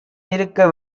இருக்க